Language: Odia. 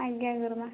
ଆଜ୍ଞା ଗୁରୁମା